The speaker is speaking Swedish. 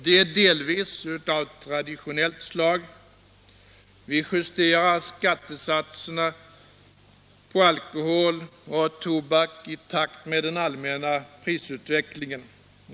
De är delvis av traditionellt slag: Vi justerar skattesatserna på alkohol och tobak i takt med den allmänna prisutvecklingen.